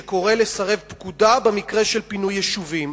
שקורא לסרב פקודה במקרה של פינוי יישובים.